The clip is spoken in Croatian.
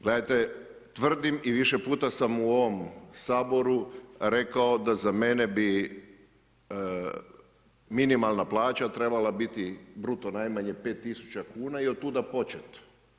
Gledajte, tvrdim i više puta sam u ovom saboru rekao, da za mene bi minimalan plaća trebala biti bruto najmanja 5000 kn i od tuda početi.